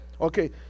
Okay